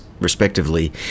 respectively